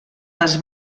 les